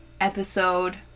episode